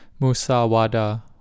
musawada